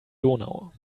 donau